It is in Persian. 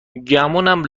گمونم